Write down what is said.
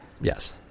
yes